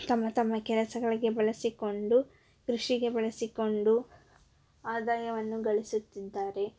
ತಮ್ಮ ತಮ್ಮ ಕೆಲಸಗಳಿಗೆ ಬಳಸಿಕೊಂಡು ಕೃಷಿಗೆ ಬಳಸಿಕೊಂಡು ಆದಾಯವನ್ನು ಗಳಿಸುತ್ತಿದ್ದಾರೆ